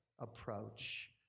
approach